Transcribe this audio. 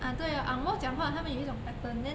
啊对了 ang moh 讲话他们有一种 pattern then